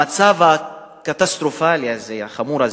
המצב הקטסטרופלי הזה, החמור הזה,